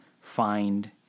find